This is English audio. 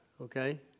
okay